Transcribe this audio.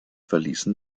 verließen